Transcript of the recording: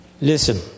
Listen